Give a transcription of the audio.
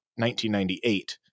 1998